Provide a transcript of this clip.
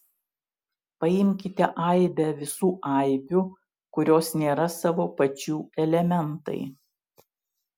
paimkite aibę visų aibių kurios nėra savo pačių elementai